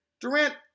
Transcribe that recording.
Durant